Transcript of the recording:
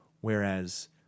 Whereas